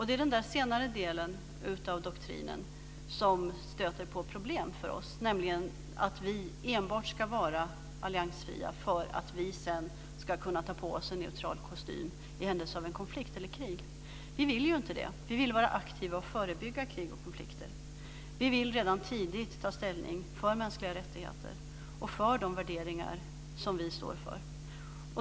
Det är denna senare del av doktrinen som stöter på problem för oss, nämligen att vi enbart ska vara alliansfria för att sedan kunna ta på oss en neutral kostym i händelse av konflikt eller krig. Vi vill ju inte det, utan vi vill vara aktiva och förebygga krig och konflikter. Vi vill redan tidigt ta ställning för mänskliga rättigheter och för de värderingar som vi står för.